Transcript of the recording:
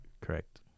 Correct